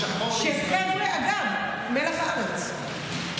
חבר'ה מלח הארץ,